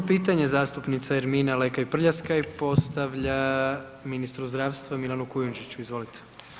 32 pitanje zastupnica Ermina Lekaj Prljaskaj postavlja ministru zdravstva Milanu Kujundžiću, izvolite.